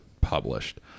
published